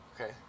Okay